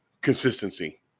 consistency